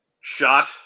shot